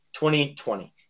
2020